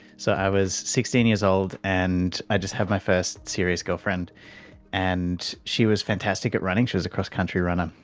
so i was sixteen years old and i just had my first serious girlfriend and she was fantastic at running, she was a cross-country runner,